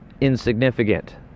insignificant